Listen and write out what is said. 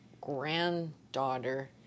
granddaughter